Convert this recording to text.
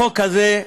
החוק הזה,